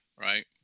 Right